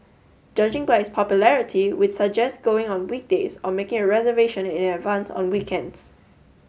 judging by its popularity we'd suggest going on weekdays or making a reservation in advance on weekends